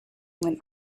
went